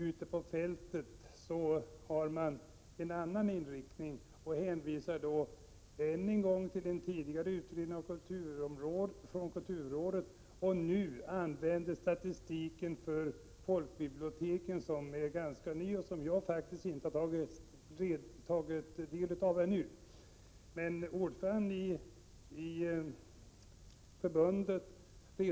Ute på fältet är inriktningen dock en annan. Här görs än en gång hänvisningar till en tidigare utredning av kulturrådet och till statistiken för folkbiblioteken. Den är ganska ny, och jag har ännu inte tagit del av den.